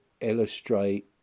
illustrate